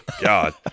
God